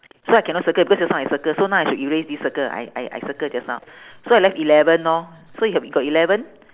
so I cannot circle because just now I circle so now I should erase this circle I I I circle just now so I left eleven lor so you ha~ you got eleven